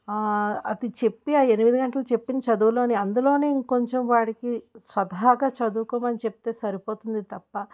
అది చెప్పి ఆ ఎనిమిది గంటలు చెప్పిన చదువులోని అందులోనే ఇంకొంచెం వాడికి స్వతహాగా చదువుకోమని చెప్తే సరిపోతుంది తప్ప